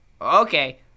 okay